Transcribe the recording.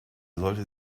sollte